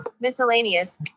miscellaneous